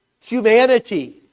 humanity